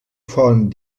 font